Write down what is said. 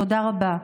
תודה רבה.